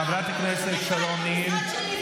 חברת הכנסת שרון ניר,